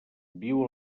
viu